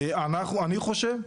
אני חושב,